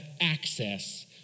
access